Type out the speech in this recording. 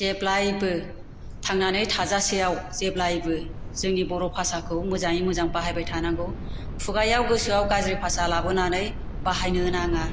जेब्लायबो थांनानै थाजासेयाव जेब्लायबो जोंनि बर' भाषाखौ मोजाङै मोजां बाहायबाय थानांगौ खुगायाव गोसोआव गाज्रि भाषा लाबोनानै बाहायनो नाङा